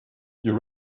you